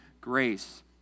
Grace